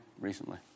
recently